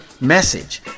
message